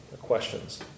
questions